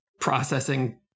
processing